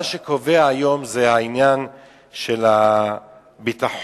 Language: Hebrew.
מה שקובע היום זה העניין של הביטחון,